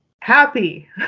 happy